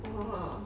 !wah!